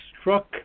struck